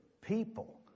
people